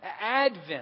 Advent